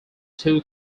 two